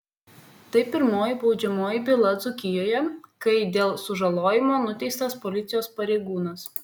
tai pirmoji baudžiamoji byla dzūkijoje kai dėl sužalojimo nuteistas policijos pareigūnas